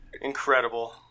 Incredible